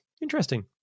interesting